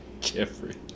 Jeffrey